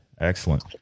excellent